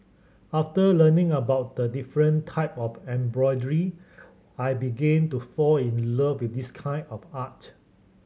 after learning about the different type of embroidery I began to fall in love with this kind of art